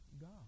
God